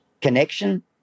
connection